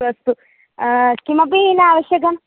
अस्तु किमपि न आवश्यकं